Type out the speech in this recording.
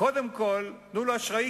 קודם כול, תנו לו אשראי,